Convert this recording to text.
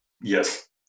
Yes